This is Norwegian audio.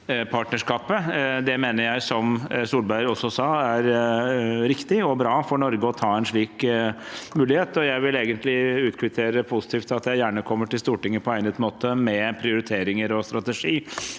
Jeg mener, som Solberg også sa, det er riktig og bra for Norge å ta en slik mulighet, og jeg vil egentlig kvittere ut positivt at jeg gjerne kommer til Stortinget på egnet måte med prioriteringer og strategi